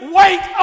wait